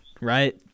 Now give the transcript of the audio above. right